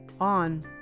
On